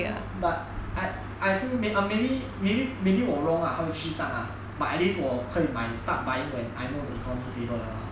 no but I I feel maybe maybe maybe 我 wrong lah 他会继续上 lah but at least 我可以买 start buying when I know the economy stable 了 lah